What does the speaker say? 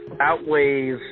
outweighs